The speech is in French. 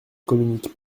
communique